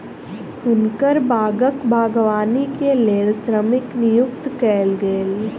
हुनकर बागक बागवानी के लेल श्रमिक नियुक्त कयल गेल